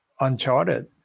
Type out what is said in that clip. uncharted